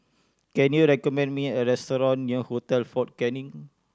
can you recommend me a restaurant near Hotel Fort Canning